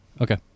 Okay